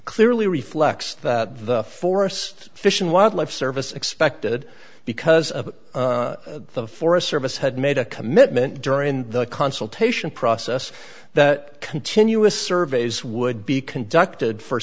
clearly reflects that the forest fish and wildlife service expected because of the forest service had made a commitment during the consultation process that continuous surveys would be conducted for